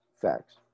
Facts